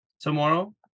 tomorrow